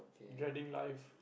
dreading life